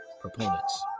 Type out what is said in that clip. proponents